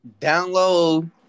Download